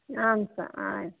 ಹಾಂ ಸರ್ ಆಯ್ತ್